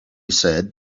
said